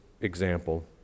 example